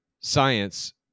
science